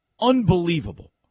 unbelievable